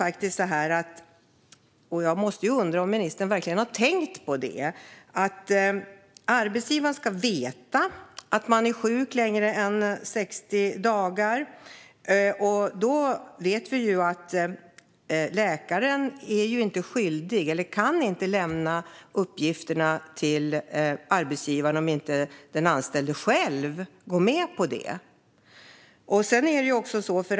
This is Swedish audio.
Arbetsgivaren ska alltså veta att man är sjuk längre än 60 dagar. Men läkaren kan inte lämna uppgifterna till arbetsgivaren om inte den anställde själv går med på det. Jag undrar om ministern har tänkt på det.